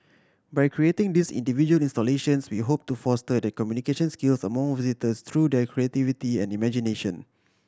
by creating these individual installations we hope to foster the communication skills among visitors through their creativity and imagination